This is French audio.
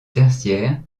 tertiaire